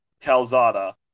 Calzada